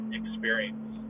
experience